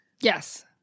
yes